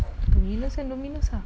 Domino's then Domino's ah